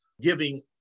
giving